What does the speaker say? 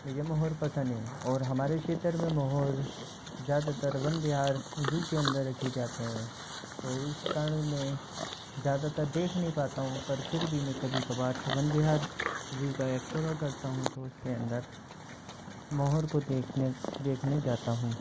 मुझे मोर पसंद है और हमारे क्षेत्र में मोर ज़्यादातर वन विहार ज़ू के अंदर रखे जाते हैं तो उस कारण मैं ज़्यादातर देख नहीं पाता हूँ पर फिर भी मैं कभी कबार वन विहार ज़ू का एक्सप्लोरर करता हूँ तो उसके अंदर मोर को देखने देखने जाता हूँ